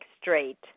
straight